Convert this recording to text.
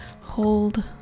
hold